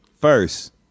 First